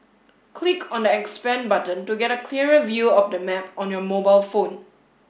click on the expand button to get a clearer view of the map on your mobile phone